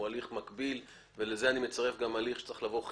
הוא הליך מקביל ולזה אני מצרף גם הליך נוסף,